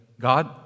God